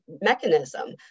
mechanism